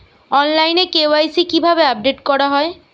অনলাইনে কে.ওয়াই.সি কিভাবে আপডেট করা হয়?